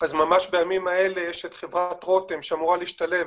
ממש בימים האלה חברת רותם אמורה להשתלב